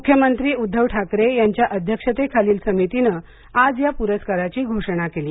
मुख्यमंत्री उद्दव ठाकरे यांच्या अध्यक्षतेखालील समितीने आज या पुरस्काराची घोषणा केली